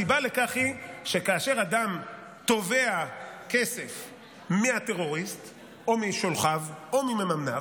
הסיבה לכך היא שכאשר אדם תובע כסף מהטרוריסט או משולחיו או ממממניו,